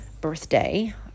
birthday